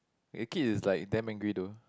the kid is like damn angry though